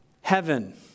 Heaven